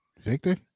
Victor